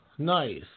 Nice